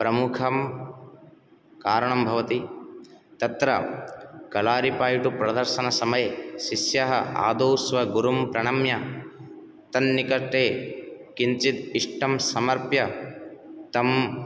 प्रमुखं कारणं भवति तत्र कळारिपयटुप्रदर्शनसमये शिष्यः आदौ स्वगुरुं प्रणम्य तन्निकटे किञ्चित् इष्टं समर्प्य तं